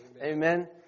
Amen